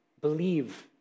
Believe